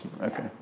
Okay